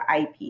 IP